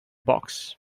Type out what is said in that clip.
box